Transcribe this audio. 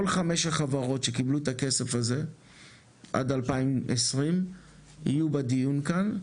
כל חמש החברות שקיבלו את הכסף הזה עד 2020 יהיו בדיון כאן,